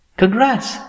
congrats